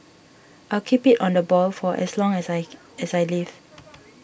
I'll keep it on the boil for as long as I as I live